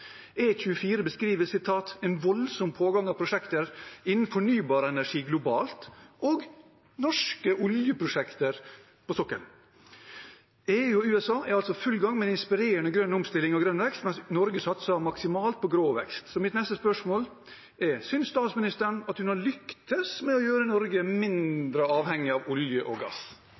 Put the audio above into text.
beskriver «en voldsom pågang av prosjekter innen fornybar energi globalt og oljeprosjekter på norsk sokkel». EU og USA er altså i full gang med en inspirerende grønn omstilling og grønn vekst, mens Norge satser maksimalt på grå vekst. Så mitt neste spørsmål er: Synes statsministeren at hun har lyktes med å gjøre Norge mindre avhengig av olje og gass?